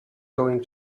going